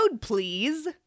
please